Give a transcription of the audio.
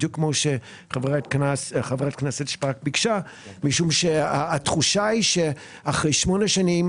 בדיוק כמו שחברת הכנסת שפק ביקשה משום שהתחושה היא שאחרי שמונה שנים,